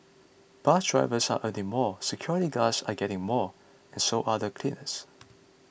bus drivers are earning more security guards are getting more and so are cleaners